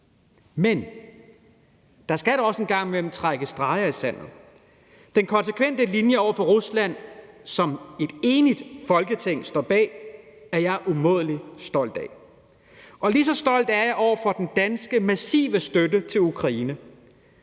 Men der skal også en gang imellem trækkes streger i sandet. Den konsekvente linje over for Rusland, som et enigt Folketing står bag, er jeg umådelig stolt af. Og lige så stolt er jeg over den danske massive støtte til Ukraine,